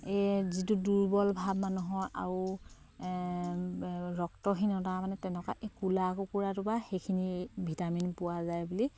এই যিটো দুৰ্বল ভাৱ মানুহৰ আৰু ৰক্তহীনতা মানে তেনেকুৱা এই কোলা কুকুৰাটোৰ পৰা সেইখিনি ভিটামিন পোৱা যায় বুলি